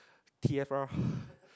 t_f_r